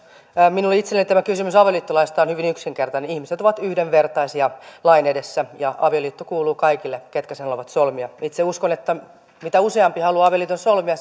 minulle itselleni tämä kysymys avioliittolaista on hyvin yksinkertainen ihmiset ovat yhdenvertaisia lain edessä ja avioliitto kuuluu kaikille ketkä sen haluavat solmia itse uskon että mitä useampi haluaa avioliiton solmia